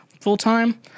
full-time